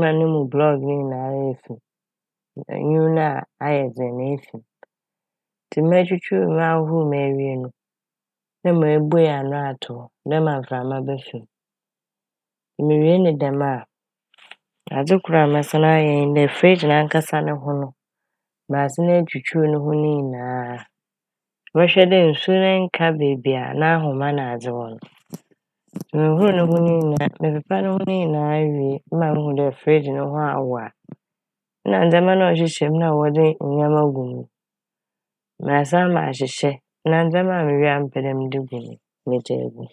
ma no mu "block" ne nyinara efi m'. Enwin no a ayɛ dzen no efi m', ntsi metwutwuuw m', ahohoor m' ewie no na mebuei ano ato hɔ dɛ mbrɛ mframa bɛfa m'. Mewie ne dɛm a adze kor a mɛsan ayɛ nye dɛ, "fridge" nankasa no ho no masan etwutwuuw no ho ne nyinaa, mɔhwɛ dɛ nsu nka beebi a n'ahoma nadze wɔ no. Mohohoor no ho ne nyinaa - mepepa no ho nyinaa wie ma muhu dɛ "fridge" no ho awow a na ndzɛma no a ɔhyehyɛ m' na wɔde ndzɛma gu m' no, masan mahyehyɛ na mewie a ndzɛma a mepɛ dɛ mede gu m' no mede egu m'.